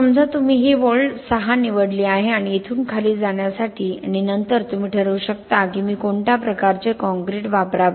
समजा तुम्ही ही ओळ 6 निवडली आहे आणि इथून खाली जाण्यासाठी आणि नंतर तुम्ही ठरवू शकता की मी कोणत्या प्रकारचे कॉंक्रिट वापरावे